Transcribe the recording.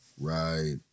Right